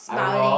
smiling